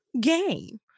game